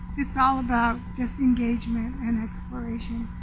it's all about just engagement and exploration.